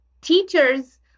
teachers